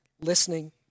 listening